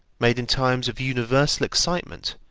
made in times of universal excitement,